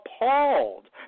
appalled